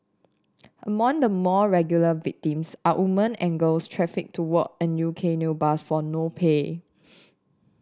among the more regular victims are women and girls trafficked to work in U K nail bars for no pay